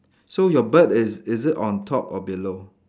so your bird is is it on top or below